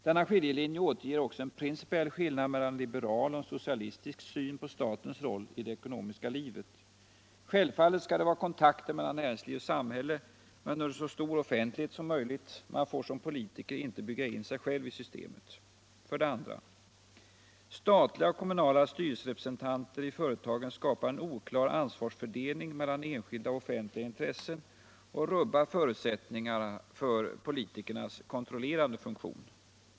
Denna skiljelinje återger också en principiell skillnad mellan en liberal och en socialistisk syn på statens roll i det ekonomiska livet. Självfallet skall det vara kontakter mellan näringsliv och samhälle — men under så stor offentlighet som möjligt. Man får som politiker inte bygga in sig själv i systemet. 2. Statliga och kommunala styrelserepresentanter i företagen skapar en oklar ansvarsfördelning mellan enskilda och offentliga intressen och rubbar förutsättningarna för politikernas kontrollerande funktion.